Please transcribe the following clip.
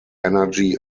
energy